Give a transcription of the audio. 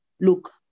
Look